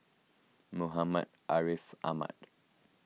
Muhammad Ariff Ahmad